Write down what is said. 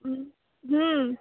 হুম হুম